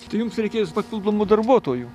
tai jums reikės papildomų darbuotojų